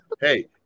Hey